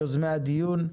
יוזמי הדיון,